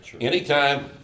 Anytime